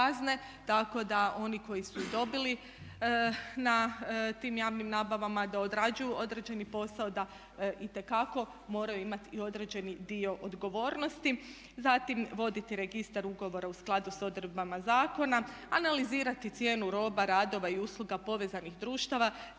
Tako da oni koji su dobili na tim javnim nabavama da odrađuju određeni posao da itekako moraju imati i određeni dio odgovornosti. Zatim voditi registar ugovora u skladu s odredbama zakona, analizirati cijenu roba, radova i usluga povezanih društava